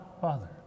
father